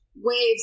waves